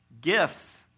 Gifts